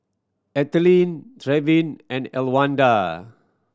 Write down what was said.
Ethelene Trevin and Elwanda